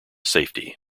safety